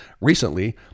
Recently